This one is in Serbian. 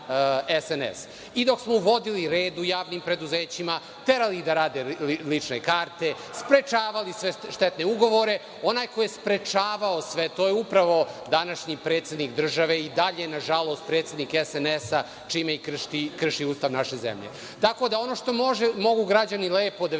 I dok smo uvodili red u javnim preduzećima, terali ih da rade lične karte, sprečavali sve štetne ugovore, onaj ko je sprečavao sve to je upravo današnji predsednik države, i dalje je, nažalost, predsednik SNS, čime krši Ustav naše zemlje. Tako da, ono što mogu građani lepo da vide